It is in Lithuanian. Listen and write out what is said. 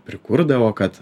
prikurdavo kad